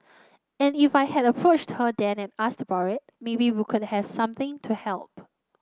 and if I had approached her then and asked about it maybe we could have something to help